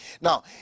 Now